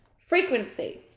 Frequency